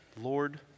Lord